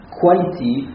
quality